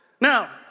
Now